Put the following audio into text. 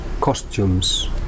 costumes